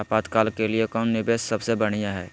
आपातकाल के लिए कौन निवेस सबसे बढ़िया है?